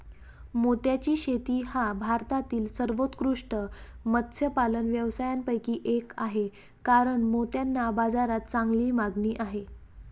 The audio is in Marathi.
मोत्याची शेती हा भारतातील सर्वोत्कृष्ट मत्स्यपालन व्यवसायांपैकी एक आहे कारण मोत्यांना बाजारात चांगली मागणी आहे